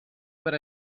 per